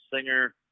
singer